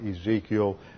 Ezekiel